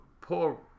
poor